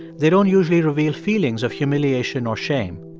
they don't usually reveal feelings of humiliation or shame.